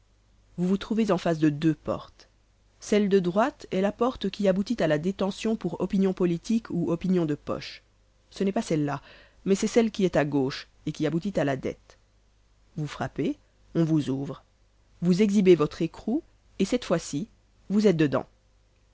vous vous trouvez en face de deux portes celle de droite est la porte qui aboutit à la détention pour opinion politique ou opinion de poche ce n'est pas celle-là mais c'est celle qui est à gauche et qui aboutit à la dette vous frappez on vous ouvre vous exhibez votre écrou et cette fois-ci vous êtes dedans